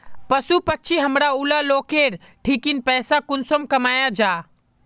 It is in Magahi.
पशु पक्षी हमरा ऊला लोकेर ठिकिन पैसा कुंसम कमाया जा?